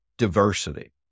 diversity